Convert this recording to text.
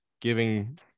giving –